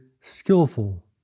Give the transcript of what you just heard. skillful